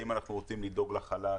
האם אנחנו רוצים לדאוג לחלש?